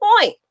point